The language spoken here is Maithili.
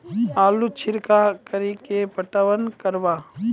आलू छिरका कड़ी के पटवन करवा?